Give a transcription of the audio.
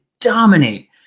dominate